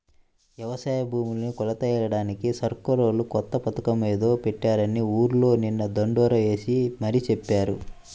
యవసాయ భూముల్ని కొలతలెయ్యడానికి సర్కారోళ్ళు కొత్త పథకమేదో పెట్టారని ఊర్లో నిన్న దండోరా యేసి మరీ చెప్పారు